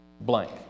blank